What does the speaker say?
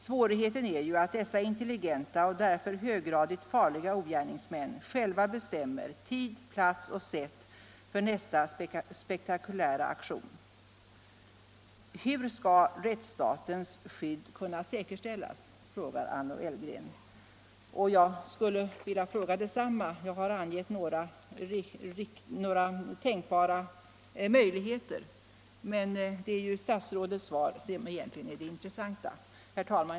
”Svårigheten är ju att dessa intelligenta och därför höggradigt farliga ogärningsmän själva bestämmer tid, plats och sätt för nästa spektakulära aktion.” Hur skall rättsstatens skydd kunna säkerställas, frågar Anno Elfgen. Jag skulle vilja fråga detsamma. Jag har angett några tänkbara möjligheter men det är ju statsrådets svar som egentligen är det intressanta. Herr talman!